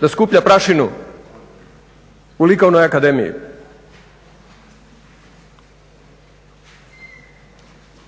Da skuplja prašinu u Likovnoj akademiji.